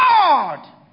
God